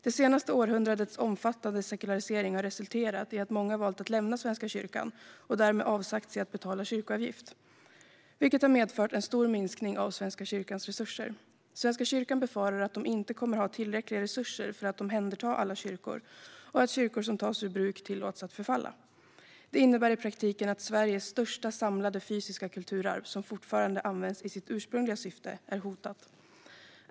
Det senaste århundradets omfattande sekularisering har resulterat i att många valt att lämna Svenska kyrkan och därmed avsagt sig att betala kyrkoavgift, vilket har medfört en stor minskning av Svenska kyrkans resurser. Svenska kyrkan befarar att den inte kommer att ha tillräckliga resurser för att ta hand om alla kyrkor och att kyrkor som tas ur bruk tillåts förfalla. Det innebär i praktiken att Sveriges största samlade fysiska kulturarv som fortfarande används i sitt ursprungliga syfte är hotat.